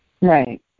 Right